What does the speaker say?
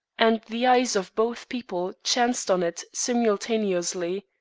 and the eyes of both people chanced on it simultaneously.